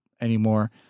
anymore